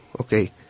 okay